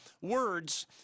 words